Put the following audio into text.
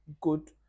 good